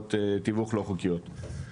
עמלות תיווך לא חוקיות.